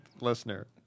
listener